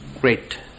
great